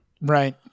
Right